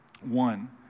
One